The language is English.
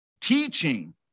teaching